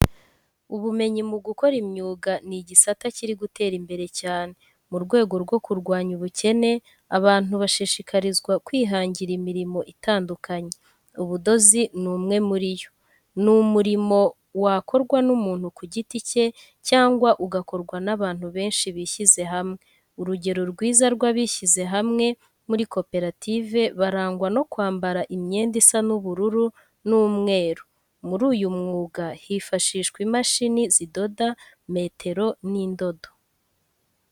Ubumenyi mu gukora imyuga ni igisata kiri gutera imbere cyane. Mu rwego rwo kurwanya ubukene, abantu bashishikarizwa kwihangira imirimo itandukanye. Ubudozi ni umwe muri iyo. Ni umurimo wakorwa n'umuntu ku giti cye, cyangwa ugakorwa n'abantu benshi bishyize hamwe. Urugero rwiza rw'abishyize hamwe muri koperative barangwa no kwambara imyenda isa n'ubururu n'umweru. Muri uyu mwuga hifashishwa imashini zidoda, metero n'indodo.